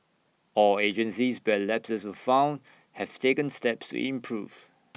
all agencies where lapses were found have taken steps to improve